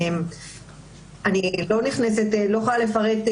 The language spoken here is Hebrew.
אני לא יכולה לפרט,